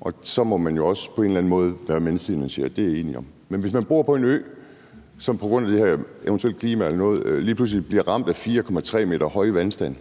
og så må man jo også på en eller anden måde være medfinansierende. Det er jeg enig i. Men hvis man bor på en ø, som på grund af det her – det kan eventuelt være klima eller noget – lige pludselig bliver ramt af 4,3 m høj vandstande,